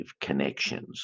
connections